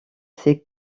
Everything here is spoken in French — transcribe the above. ces